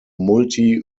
multi